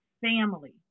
family